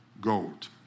gold